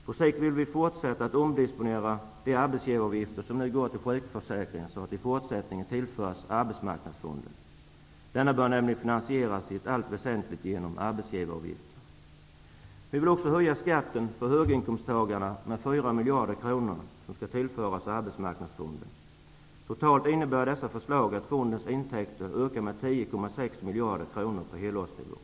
På sikt vill vi fortsätta att omdisponera de arbetsgivaravgifter som nu går till sjukförsäkringen så att de i fortsättningen tillförs arbetsmarknadsfonden. Denna bör nämligen finansieras i allt väsentligt genom arbetsgivaravgifter. Vi vill också höja skatten för höginkomsttagarna med 4 miljarder kronor, som skall tillföras arbetsmarknadsfonden. Totalt innebär dessa förslag att fondens intäkter ökar med 10,6 miljarder kronor på helårsnivå.